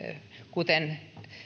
kuten